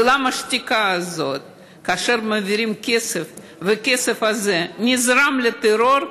ולמה השתיקה הזאת כאשר מעבירים כסף והכסף הזה מוזרם לטרור?